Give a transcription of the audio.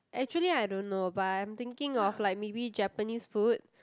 actually I don't know but I'm thinking of like maybe Japanese food